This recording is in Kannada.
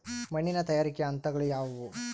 ಮಣ್ಣಿನ ತಯಾರಿಕೆಯ ಹಂತಗಳು ಯಾವುವು?